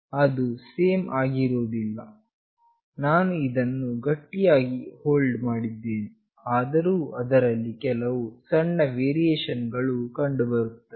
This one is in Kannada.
ಅದು ಸೇಮ್ ಆಗಿರುವುದಿಲ್ಲ ನಾನು ಇದನ್ನು ಗಟ್ಟಿಯಾಗಿ ಹೋಲ್ಡ್ ಮಾಡಿದ್ದೇನೆ ಆದರೂ ಅದರಲ್ಲಿ ಕೆಲವು ಸಣ್ಣ ವೇರಿಯೇಷನ್ ಗಳು ಕಂಡುಬರುತ್ತವೆ